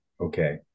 okay